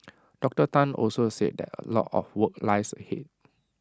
Doctor Tan also said that A lot of work lies ahead